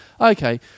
Okay